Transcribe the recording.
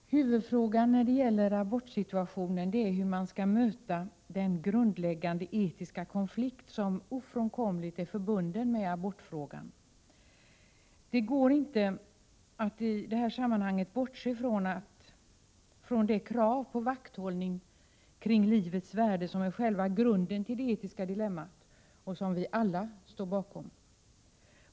Herr talman! Huvudfrågan när det gäller abortsituationen är hur man skall möta den grundläggande etiska konflikt som ofrånkomligt är förbunden med abortfrågan. Det går inte att i det här sammanhanget bortse från det krav på vakthållning kring livets värde som är själva grunden till det etiska dilemmat och som vi alla står bakom.